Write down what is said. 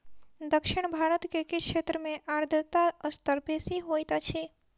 दक्षिण भारत के किछ क्षेत्र में आर्द्रता स्तर बेसी होइत अछि